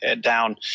down